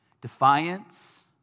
Defiance